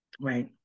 Right